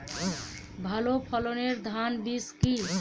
ভালো ফলনের ধান বীজ কি?